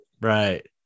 Right